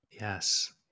Yes